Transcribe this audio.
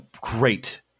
great